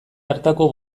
hartako